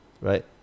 right